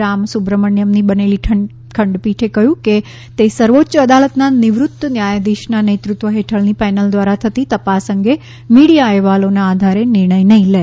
રામસુબ્રમણ્યમની બનેલી ખંડપીઠે કહ્યું કે તે સર્વોચ્ય અદાલતના નિવૃત્ત ન્યાયાધીશના નેતૃત્વ હેઠળની પેનલ દ્વારા થતી તપાસ અંગે મીડિયા અહેવાલોના આધારે નિર્ણય નહીં લે